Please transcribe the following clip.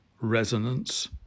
resonance